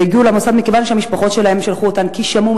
והן הגיעו למוסד מכיוון שהמשפחות שלהן שלחו אותן כי שמעו,